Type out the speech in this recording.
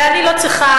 ואני לא צריכה,